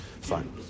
Fine